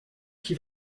qui